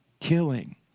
killing